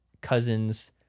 cousin's